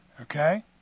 Okay